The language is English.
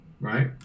right